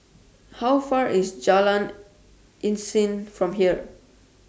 How Far IS Jalan Isnin from here